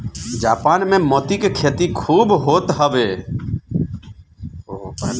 Japan में मोती के खेती खूब होत हवे